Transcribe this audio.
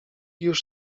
już